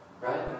Right